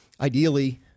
Ideally